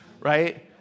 right